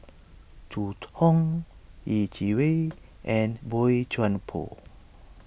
Zhu Hong Yeh Chi Wei and Boey Chuan Poh